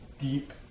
deep